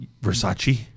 Versace